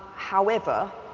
however,